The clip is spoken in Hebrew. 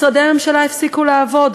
משרדי הממשלה הפסיקו לעבוד,